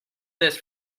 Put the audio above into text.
this